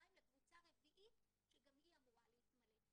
חודשיים לקבוצה רביעית שגם היא אמורה להתמלא.